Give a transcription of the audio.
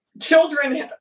Children